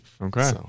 okay